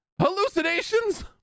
hallucinations